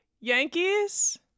yankees